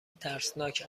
ترسناک